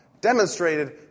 demonstrated